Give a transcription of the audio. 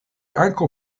ankaŭ